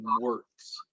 works